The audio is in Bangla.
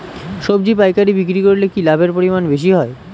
সবজি পাইকারি বিক্রি করলে কি লাভের পরিমাণ বেশি হয়?